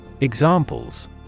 Examples